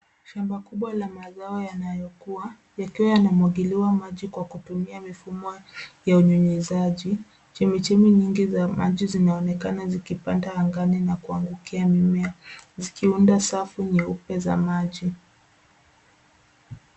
Shamba kubwa la mazao yanayokuwa ikiwa imemwagiliwa maji kwa kutumia mifumo ya unyunyuzaji. Chemichemi nyingi za maji zinaonekana zikipanda angani na kuangukia mimea zikiunda safu nyeupe za maji.